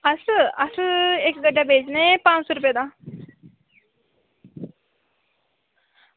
बस असें इक्क गड्ढा बेचना ऐ पंज सौ रपे दा